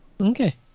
Okay